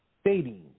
stating